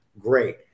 great